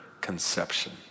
conception